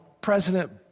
President